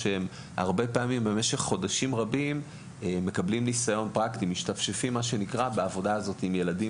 הם הרבה פעמים מקבלים ניסיון פרקטי במשך חודשים בעבודה הזאת עם ילדים